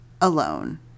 alone